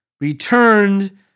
returned